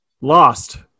Lost